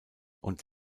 und